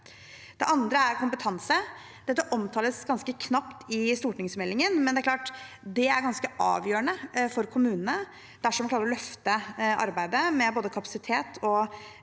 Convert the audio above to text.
Dette omtales ganske knapt i stortingsmeldingen, men det er klart at det er ganske avgjørende for kommunene dersom en klarer å løfte arbeidet med kapasitet og